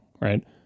right